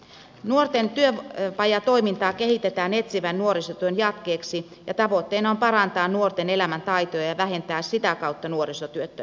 nuorten työpajatoimintaa kehitetään etsivän nuorisotyön jatkeeksi ja tavoitteena on parantaa nuorten elämäntaitoja ja vähentää sitä kautta nuorisotyöttömyyttä